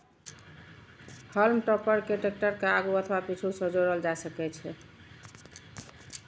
हाल्म टॉपर कें टैक्टर के आगू अथवा पीछू सं जोड़ल जा सकै छै